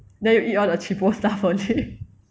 then you eat all the cheapo stuff only